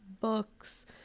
books